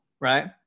right